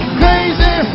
crazy